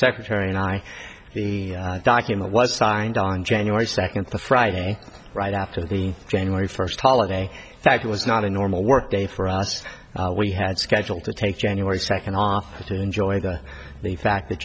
secretary and i the document was signed on january second the friday right after the january first holiday factor was not a normal work day for us we had scheduled to take january second off to enjoy the fact that